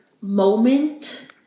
moment